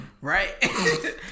Right